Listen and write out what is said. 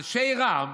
אנשי רע"מ